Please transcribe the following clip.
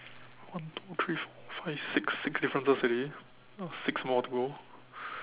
one two three four five six six differences already six more to go